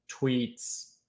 tweets